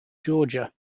georgia